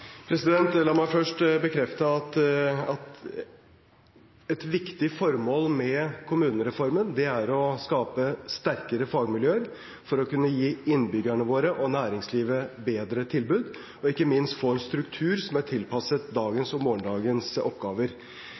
La meg først bekrefte at et viktig formål med kommunereformen er å skape sterkere fagmiljøer for å kunne gi innbyggerne våre og næringslivet bedre tilbud og ikke minst for å få en struktur som er tilpasset dagens og morgendagens oppgaver.